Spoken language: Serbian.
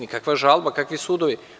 Nikakva žalba, nikakvi sudovi.